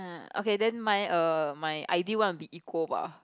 okay then mine err my ideal one will be equal bah